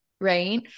right